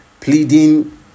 pleading